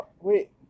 wait